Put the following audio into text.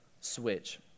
switch